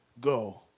go